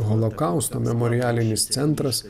holokausto memorialinis centras